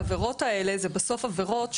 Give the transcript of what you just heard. העבירות האלה זה בסוף עבירות שהן,